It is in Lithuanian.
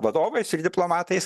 vadovais ir diplomatais